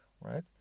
right